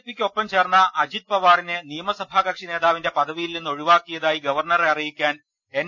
P യ്ക്കൊപ്പം ചേർന്ന അജിത്ത് പവാറിനെ നിയമസഭാ കക്ഷി നേതാവിന്റെ പദവിയിൽ നിന്ന് ഒഴിവാക്കിയതായി ഗവർണറെ അറിയിക്കാൻ എൻ